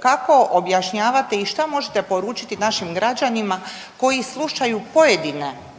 kako objašnjavate i šta možete poručiti našim građanima koji slušaju pojedine